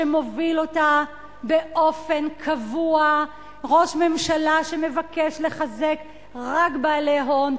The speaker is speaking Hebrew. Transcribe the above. שמוביל אותה באופן קבוע ראש ממשלה שמבקש לחזק רק בעלי הון,